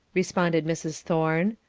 responded mrs. thorne.